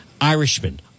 Irishman